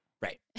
Right